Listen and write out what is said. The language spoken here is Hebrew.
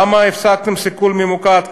למה הפסקתם את הסיכול הממוקד?